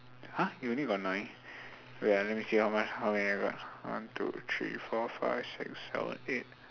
!huh! you only got nine wait ah let me see how much how many I got one two three four five six seven eight